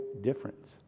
difference